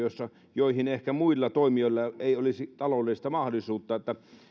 joihin ehkä muilla toimijoilla ei olisi taloudellista mahdollisuutta